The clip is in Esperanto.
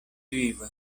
vivas